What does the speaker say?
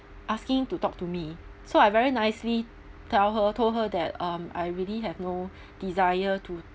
asking to talk to me so I very nicely tell her told her that um I really have no desire to